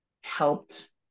helped